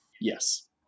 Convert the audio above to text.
Yes